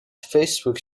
facebook